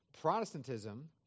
Protestantism